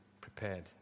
prepared